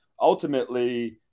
ultimately